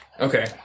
Okay